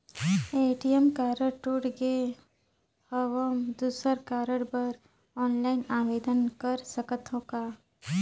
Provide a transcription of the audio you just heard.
ATM card टूट गे हववं दुसर कारड बर ऑनलाइन आवेदन कर सकथव का?